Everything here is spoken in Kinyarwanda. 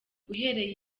uhereye